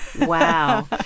Wow